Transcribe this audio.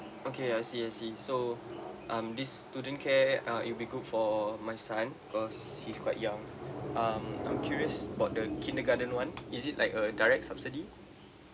okay I see I see so um this student care uh if we go for my son cause he's quite young um I'm curious about the kindergarten [one] is it like a direct subsidy